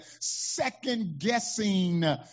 second-guessing